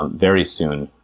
um very soon,